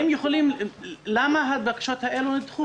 למה הבקשות הללו נדחו?